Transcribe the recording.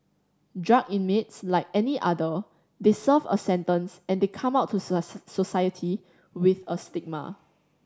drug inmates like any other they serve a sentence and they come out to society with a stigma